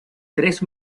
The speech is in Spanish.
tres